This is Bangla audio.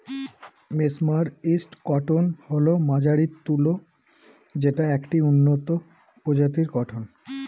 মেসমারাইসড কটন হল মার্জারিত তুলা যেটা একটি উন্নত প্রজাতির কটন